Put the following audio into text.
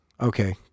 okay